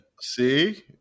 See